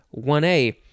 1A